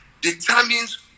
determines